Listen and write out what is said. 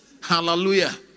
Hallelujah